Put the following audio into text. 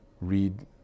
read